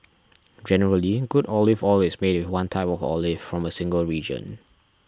generally good olive oil is made with one type of olive from a single region